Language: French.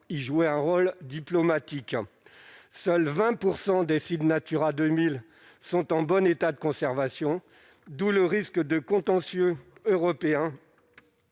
y jouer un rôle diplomatique, seuls 20 % des files Natura 2000 sont en bon état de conservation d'où le risque de contentieux européen